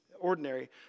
ordinary